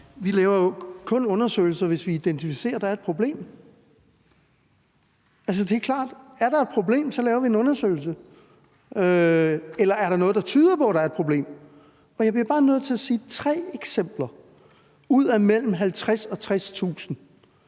Vi laver jo kun undersøgelser, hvis vi identificerer, at der er et problem. Altså, det er klart. Er der et problem, eller er der noget, der tyder på, at der er et problem, så laver vi en undersøgelse. Og jeg bliver bare nødt til at sige, at tre eksempler ud af mellem 50.000 og 60.000